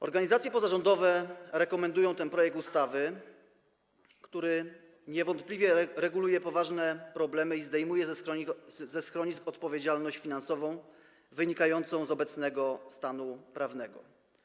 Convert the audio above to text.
Organizacje pozarządowe rekomendują ten projekt ustawy, który niewątpliwie reguluje poważne problemy i zdejmuje ze schronisk odpowiedzialność finansową wynikającą z obecnego stanu prawnego.